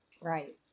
right